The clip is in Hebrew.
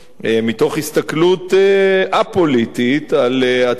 מתוך הסתכלות א-פוליטית על הצעות חוק,